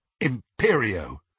Imperio